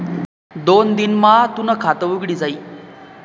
दोन दिन मा तूनं खातं उघडी जाई